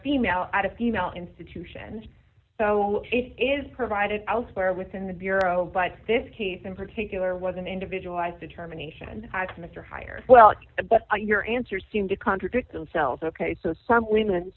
female at a female institution so it is provided elsewhere within the bureau but this case in particular was an individualized determination as mr hire well but your answers seem to contradict themselves ok so some women